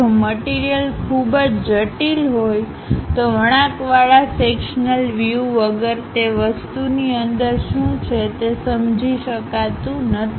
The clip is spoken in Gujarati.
જો મટીરીયલખુબ જ જટીલ હોય તો વળાંક વાળા સેક્શનલ વ્યુવગર તે વસ્તુની અંદર શું છે તે સમજી શકાતુ નથી